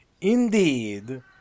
Indeed